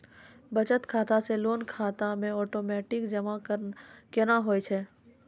बचत खाता से लोन खाता मे ओटोमेटिक जमा केना होय छै?